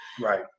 Right